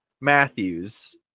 Matthews